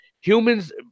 humans